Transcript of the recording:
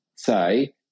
say